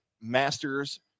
Masters